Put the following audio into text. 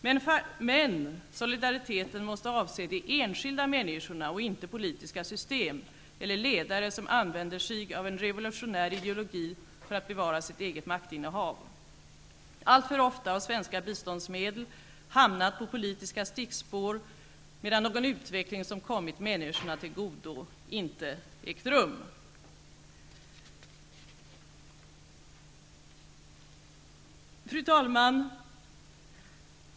Men solidariteten måste avse de enskilda människorna och inte politiska system eller ledare som använder sig av en revolutionär ideologi för att bevara sitt eget maktinnehav. Alltför ofta har svenska biståndsmedel hamnat på politiska stickspår medan någon utveckling som kommit människorna till godo inte ägt rum. Fru talman!